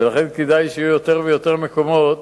ולכן כדאי שיהיו יותר ויותר מקומות